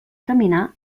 caminar